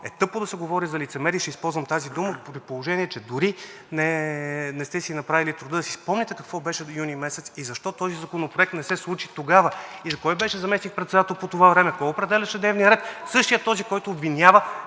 е тъпо да се говори за лицемерие. Ще използвам тази дума, при положение че дори не сте си направили труда да си спомните какво беше юни месец и защо този законопроект не се случи тогава. Кой беше заместник-председател по това време? Кой определяше дневния ред? (Реплика от